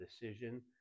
decision